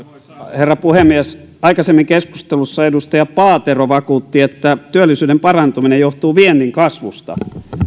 herra puhemies aikaisemmin keskustelussa edustaja paatero vakuutti että työllisyyden parantuminen johtuu viennin kasvusta